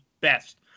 best